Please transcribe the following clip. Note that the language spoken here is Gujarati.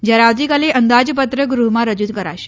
જ્યારે આવતીકાલે અંદાજપત્ર ગૃહમાં રજુ કરાશે